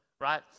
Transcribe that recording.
right